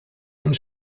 und